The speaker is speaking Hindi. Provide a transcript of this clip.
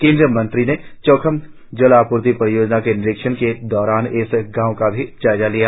केंद्रीय मंत्री ने चौखाम जल आपूर्ति परियोजना के निरीक्षण के दौरान इस गांव का भी जायजा लिया